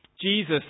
Jesus